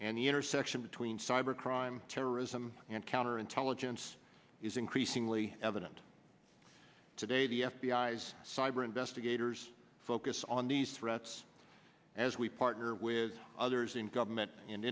and the intersection between cybercrime terrorism and counter intelligence is increasingly evident today the f b i has cyber investigators focus on these threats as we partner with others in government and